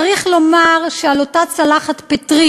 צריך לומר שעל אותה צלחת פטרי